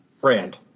brand